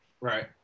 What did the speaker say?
Right